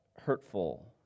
hurtful